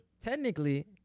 Technically